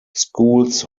schools